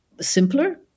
simpler